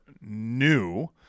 new